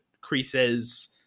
creases